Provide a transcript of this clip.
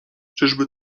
czyżby